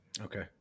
Okay